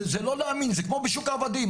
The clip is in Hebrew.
זה לא להאמין, זה כמו בשוק עבדים.